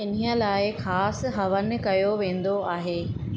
इन्हीअ लाइ ख़ासि हवनु कयो वेंदो आहे